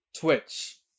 Twitch